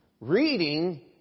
reading